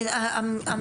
הילדים.